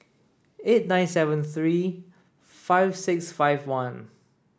eight nine seven three five six five one